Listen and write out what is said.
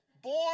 Born